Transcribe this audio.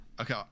Okay